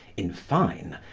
in fine,